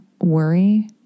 worry